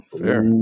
Fair